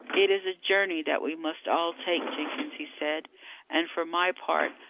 it is a journey that we must all take, jenkins he said and for my part,